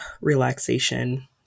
relaxation